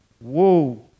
Whoa